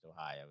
ohio